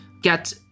get